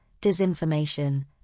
disinformation